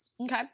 okay